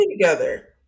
together